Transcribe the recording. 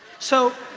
so,